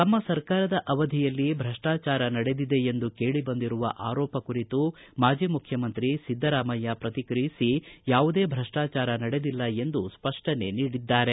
ತಮ್ಮ ಸರ್ಕಾರದ ಅವಧಿಯಲ್ಲಿ ಭ್ರಷ್ಟಾಚಾರ ನಡೆದಿದೆ ಎಂದು ಕೇಳಿ ಬಂದಿರುವ ಆರೋಪ ಕುರಿತು ಮಾಜಿ ಮುಖ್ಯಮಂತ್ರಿ ಸಿದ್ದರಾಮಯ್ಯ ಪ್ರತಿಕ್ರಿಯಿಸಿ ಯಾವುದೇ ಭ್ರಷ್ಟಾಚಾರ ನಡೆದಿಲ್ಲ ಎಂದು ಸ್ಪಷ್ಟನೆ ನೀಡಿದ್ದಾರೆ